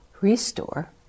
restore